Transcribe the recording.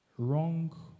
wrong